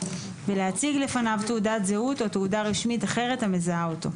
ולהציג לפניו תעודת זהות או תעודה רשמית אחרת המזהה אותו,